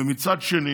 ומצד שני